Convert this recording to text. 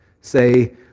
say